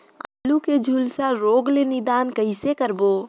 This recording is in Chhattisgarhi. आलू के झुलसा रोग ले निदान कइसे करबो?